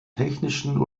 technischen